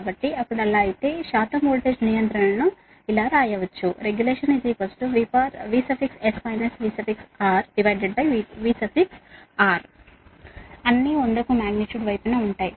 కాబట్టి అప్పుడు అలా అయితే శాతం వోల్టేజ్ రెగ్యులేషన్ ను ఇలా వ్రాయవచ్చు రెగ్యులేషనVS VRVR అన్నీ 100 కు మాగ్నిట్యూడ్ వైపున ఉంటాయి